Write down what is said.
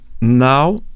now